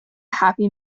happy